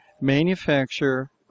manufacture